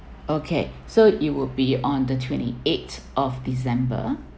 okay so it will be on the twenty eighth of december